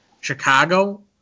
Chicago